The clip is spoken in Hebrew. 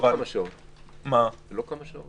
אבל --- זה לא כמה שעות.